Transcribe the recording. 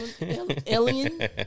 Alien